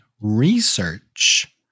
research